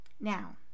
Now